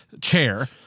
chair